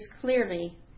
clearly